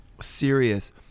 serious